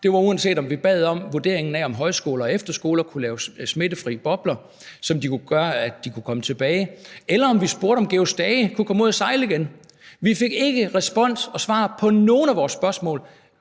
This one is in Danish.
det var, uanset om vi bad om en vurdering af, om højskoler og efterskoler kunne laves til smittefri bobler, som jo ville gøre, at de kunne komme tilbage; og uanset om vi spurgte, om »Georg Stage« kunne komme ud at sejle igen. Vi fik ikke respons og svar på nogen af vores spørgsmål,